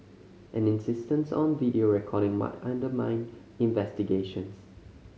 an insistence on video recording might undermine investigations